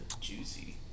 Juicy